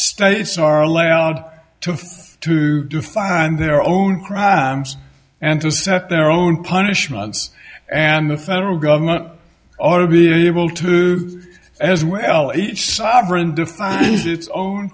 states are allowed to to define their own crimes and to set their own punishments and the federal government ought to be able to as well each sovereign